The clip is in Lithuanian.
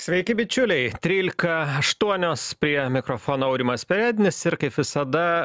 sveiki bičiuliai trylika aštuonios prie mikrofono aurimas perednis ir kaip visada